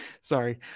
sorry